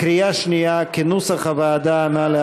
כנוסח הוועדה, בקריאה שנייה.